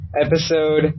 episode